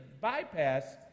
bypass